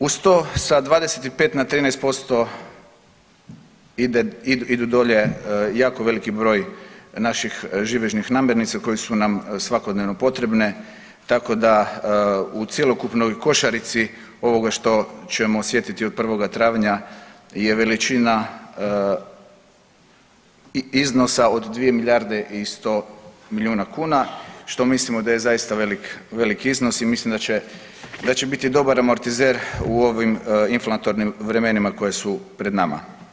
Uz to sa 25 na 13% ide, idu dolje jako veliki broj naših živežnih namirnica koji su nam svakodnevno potrebne tako da u cjelokupnoj košarici ovoga što ćemo osjetiti od 1. travnja je veličina iznosa od 2 milijarde i 100 milijuna kuna, što mislimo da je zaista velik, velik iznos i mislim da će, da će biti dobar amortizer u ovim inflatornim vremenima koji su pred nama.